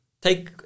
take